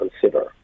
consider